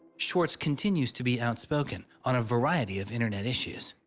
swartz continues to be outspoken on variety of internet issues.